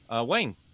Wayne